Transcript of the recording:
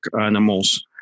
animals